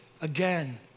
again